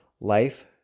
Life